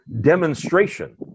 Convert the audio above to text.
demonstration